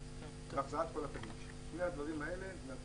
שני הדברים האלה.